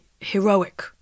heroic